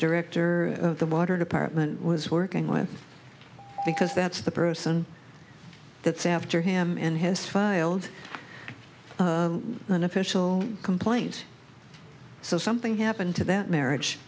director of the water department was working with because that's the person that saf durham in his filed an official complaint so something happened to that marriage